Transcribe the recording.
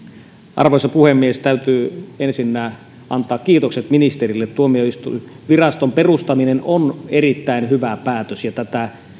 arvoisa puhemies täytyy ensinnä antaa kiitokset ministerille tuomioistuinviraston perustaminen on erittäin hyvä päätös tätä